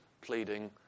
pleading